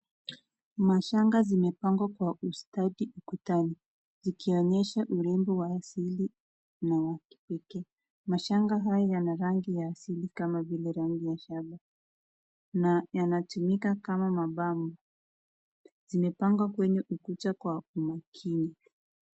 mashanga zimepangwa kwa ustadi ukutani zikionyesha urembo wa asili na wakipekee mashanga haya yana rangi ya aslili kama vile rangi ya na yanatumika kama mapambo zimepangwa kwenye ukuta kwa umakini.